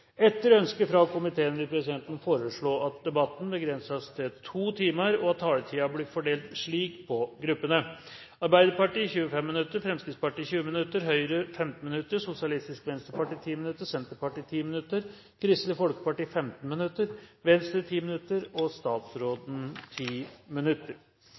Etter ønske fra kirke-, utdannings- og forskningskomiteen vil presidenten foreslå at debatten blir begrenset til 2 timer og at taletiden fordeles slik: Arbeiderpartiet 25 minutter, Fremskrittspartiet 20 minutter, Høyre 15 minutter, Sosialistisk Venstreparti 10 minutter, Senterpartiet 10 minutter, Kristelig Folkeparti 15 minutter, Venstre 10 minutter og statsråden 10 minutter.